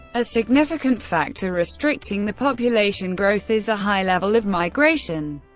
a significant factor restricting the population growth is a high level of migration.